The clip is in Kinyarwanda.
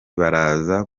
baraza